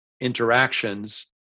interactions